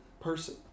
person